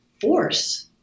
force